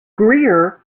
greer